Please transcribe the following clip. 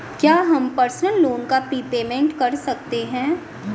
क्या हम personal loan का प्रीपेमेंट कर सकते हैं?